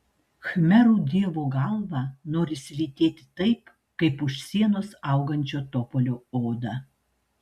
khmerų dievo galvą norisi lytėti taip kaip už sienos augančio topolio odą